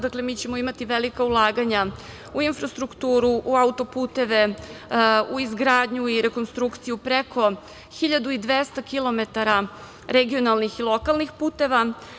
Dakle, mi ćemo imati velika ulaganja u infrastrukturu, u auto-puteve, u izgradnju i rekonstrukciju preko 1.200 kilometara regionalnih i lokalnih puteva.